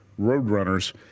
Roadrunners